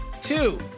two